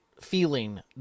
feeling